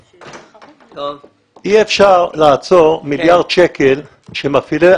אי אפשר לעצור מיליארד שקלים שמפעילי